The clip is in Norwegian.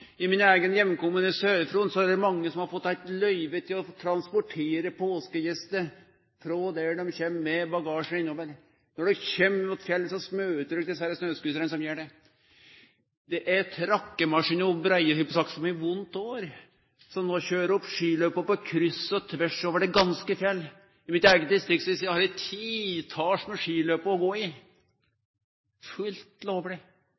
I min eigen heimkommune, Sør-Fron, er det mange som har fått løyve til å transportere påskegjester frå der dei kjem med bagasje, og innover. Når du kjem inn mot fjellet, møter du dei snøscooterane som gjer det. Det er trakkemaskiner breie – eg heldt på å seie – som eit vondt år som no køyrer opp skiløyper på kryss og tvers over heile fjellet. I mitt eige distrikt har eg titals skiløyper å gå i – fullt lovleg,